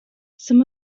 some